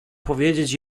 powiedzieć